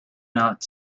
not